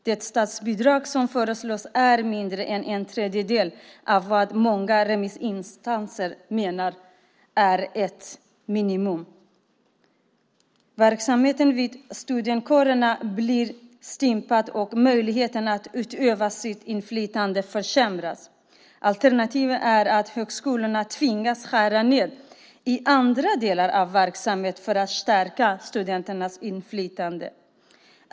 Det statsbidrag som föreslås är mindre än en tredjedel av vad många remissinstanser menar är ett minimum. Verksamheten vid studentkårerna blir stympad och möjligheten att utöva sitt inflytande försämras. Alternativet är att högskolorna tvingas skära ned i andra delar av verksamheten för att stärka studenternas inflytande.